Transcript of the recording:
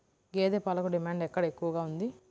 గేదె పాలకు డిమాండ్ ఎక్కడ ఎక్కువగా ఉంది?